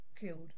killed